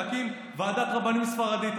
להקים ועדת רבנים ספרדית.